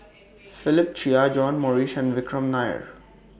Philip Chia John Morrice and Vikram Nair